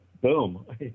boom